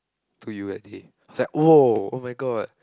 to you at it I was like !woah! my god